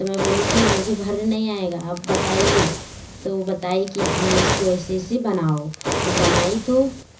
तो मैं बोली कि मुझे भरने नहीं आएगा आप बताइए तो वो बताई कि हाँ इसको ऐसे ऐसे बनाओ तो बनाई तो